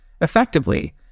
effectively